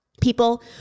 People